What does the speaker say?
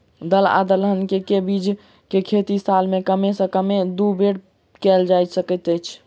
दल या दलहन केँ के बीज केँ खेती साल मे कम सँ कम दु बेर कैल जाय सकैत अछि?